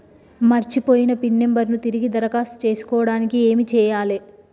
మర్చిపోయిన pin number ను తిరిగి దరఖాస్తు చేసుకోవడానికి ఏమి చేయాలే?